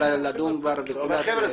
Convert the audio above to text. אבל לדון כבר בתחילת --- אבל חבר'ה,